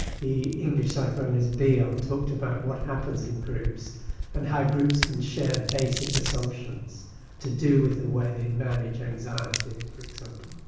the english psychoanalyst, bion, ah and talked about what happens in groups and how groups can share basic assumptions to do with the way they manage anxiety, for example.